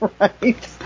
Right